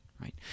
right